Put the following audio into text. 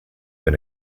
been